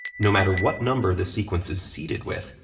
no matter what number the sequence is seeded with,